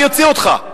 אני אוציא אותך.